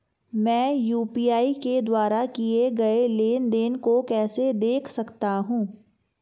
मैं यू.पी.आई के द्वारा किए गए लेनदेन को कैसे देख सकता हूं?